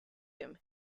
him